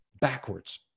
backwards